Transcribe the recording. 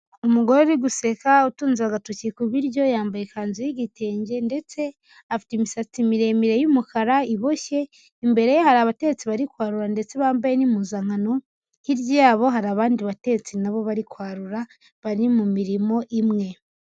Umugore uri guseka utunze agatoki ku biryo yambaye ikanzu y'igitenge ndetse afite imisatsi miremire y'umukara iboshye, imbere ye hari abatetsi bari kwarura ndetse bambaye n'impuzankano, hirya yabo hari abandi batetsi na bo bari kwarura bari mu mirimo imwe.